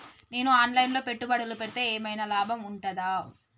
నేను online లో పెట్టుబడులు పెడితే ఏమైనా లాభం ఉంటదా?